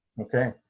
okay